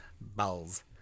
Balls